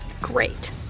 Great